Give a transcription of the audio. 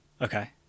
Okay